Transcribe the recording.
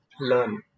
learn